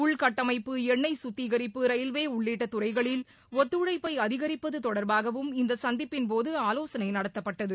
உள்கட்டமைப்பு எண்ணெய் சுத்திகரிப்பு ரயில்வே உள்ளிட்ட துறைகளில் ஒத்துழைப்பை அதிகரிப்பது தொடர்பாகவும் இந்த சந்திப்பின் போது ஆலோசனை நடத்தப்பட்டது